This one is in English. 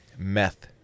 Meth